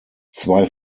zwei